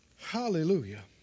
Hallelujah